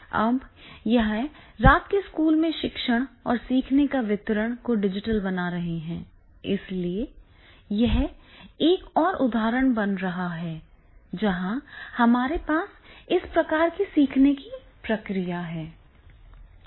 अब यह रात के स्कूलों में शिक्षण और सीखने के वितरण को डिजिटल बना रहा है इसलिए यह एक और उदाहरण बन रहा है जहां हमारे पास इस प्रकार की सीखने की प्रक्रिया है